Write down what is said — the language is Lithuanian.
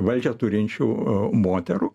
valdžią turinčių moterų